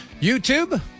YouTube